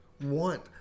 want